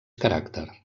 caràcter